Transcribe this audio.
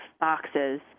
boxes